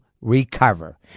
recover